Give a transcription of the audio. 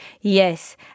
Yes